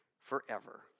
forever